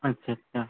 अच्छा अच्छा